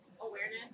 awareness